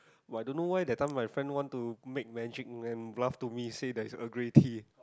but I don't know why that time my friend want to make magic when bluff to me say there's Earl Grey tea